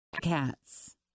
cats